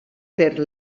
per